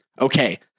Okay